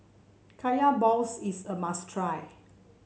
Kaya Balls is a must try